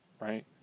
right